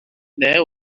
there